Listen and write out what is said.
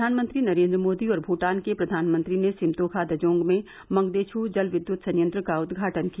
प्रधानमंत्री नरेन्द्र मोदी और भूटान के प्रधानमंत्री ने सिम्तोखा दजोग में मंगदेछू जल विद्युत संयंत्र का उद्घाटन किया